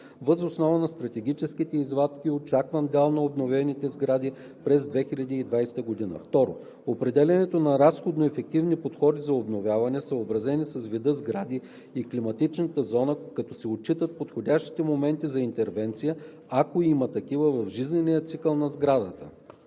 въз основа на статистически извадки и очакван дял на обновените сгради през 2020 г.; 2. определянето на разходно ефективни подходи за обновяване, съобразени с вида сгради и климатичната зона, като се отчитат подходящите моменти за интервенция, ако има такива, в жизнения цикъл на сградата;